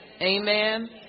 Amen